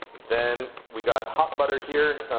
then we got hot butter here.